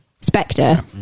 Spectre